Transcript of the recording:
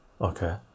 okay